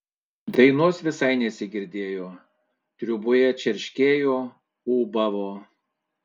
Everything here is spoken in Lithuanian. dainos visai nesigirdėjo triūboje čerškėjo ūbavo